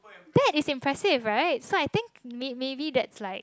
that is impressive right so I think may~ maybe that's like